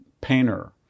painter